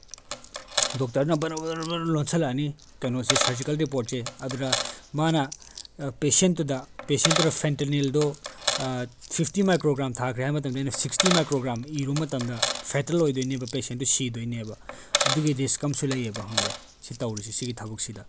ꯗꯣꯛꯇꯔꯗꯨꯅ ꯕꯔꯪ ꯕꯔꯪ ꯕꯔꯪ ꯂꯣꯟꯁꯤꯜꯂꯛꯑꯅꯤ ꯀꯩꯅꯣꯁꯤ ꯁꯔꯖꯤꯀꯦꯜ ꯔꯤꯄꯣꯔꯠꯁꯦ ꯑꯗꯨꯗ ꯃꯥꯅ ꯄꯦꯁꯦꯟꯗꯨꯗ ꯄꯦꯁꯦꯟꯗꯨꯗ ꯐꯦꯟꯇꯅꯤꯜꯗꯣ ꯐꯤꯐꯇꯤ ꯃꯥꯏꯀ꯭ꯔꯣꯒ꯭ꯔꯥꯝ ꯊꯥꯈ꯭ꯔꯦ ꯍꯥꯏꯕ ꯃꯇꯝꯗ ꯑꯩꯅ ꯁꯤꯛꯁꯇꯤ ꯃꯥꯏꯀ꯭ꯔꯣꯒ꯭ꯔꯥꯝ ꯏꯔꯨꯕ ꯃꯇꯝꯗ ꯐꯦꯇꯦꯜ ꯑꯣꯏꯗꯣꯏꯅꯦꯕ ꯄꯦꯁꯦꯟꯗꯣ ꯁꯤꯗꯣꯏꯅꯦꯕ ꯑꯗꯨꯒꯤ ꯔꯤꯁꯛ ꯑꯃꯁꯨ ꯂꯩꯑꯕ ꯈꯪꯕ꯭ꯔꯥ ꯁꯤ ꯇꯧꯔꯤꯁꯤ ꯁꯤꯒꯤ ꯊꯕꯛꯁꯤꯗ